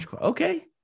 okay